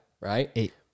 right